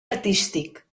artístic